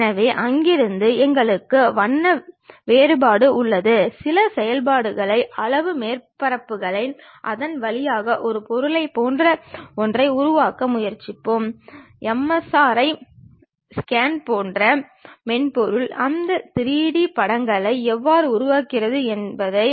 எனவே அங்கிருந்து எங்களுக்கு வண்ண வேறுபாடு உள்ளது சில செயல்பாடுகளை வளைவு மேற்பரப்புகளை அதன் வழியாக ஒரு பொருளைப் போன்ற ஒன்றை உருவாக்க முயற்சிப்போம் எம்ஆர்ஐ ஸ்கேன் போன்ற மென்பொருள் அந்த 3D படங்களை எவ்வாறு உருவாக்குகிறது என்பதை